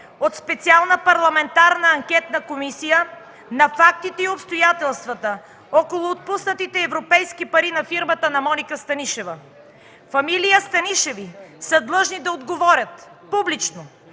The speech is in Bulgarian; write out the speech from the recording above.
от специална парламентарна анкетна комисия на фактите и обстоятелствата около отпуснатите европейски пари на фирмата на Моника Станишева. Фамилия Станишеви са длъжни да отговорят публично